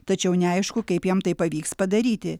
tačiau neaišku kaip jam tai pavyks padaryti